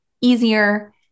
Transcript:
easier